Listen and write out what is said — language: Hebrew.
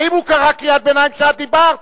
האם הוא קרא קריאת ביניים כשאת דיברת?